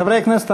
חברי הכנסת,